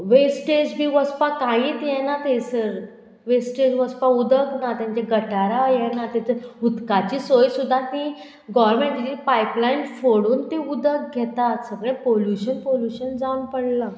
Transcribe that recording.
wastage बी वचपाक कांयच येना थंयसर वेस्टेज वचपाक उदक ना तेंचे गटारा हे ना थंयसर उदकाची सोय सुद्दां ती गोवोरमेंट पायपलायन फोडून ती उदक घेतात सगळे पोल्यूशन पोल्युशन जावन पडलां